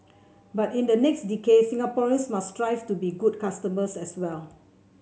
but in the next decade Singaporeans must strive to be good customers as well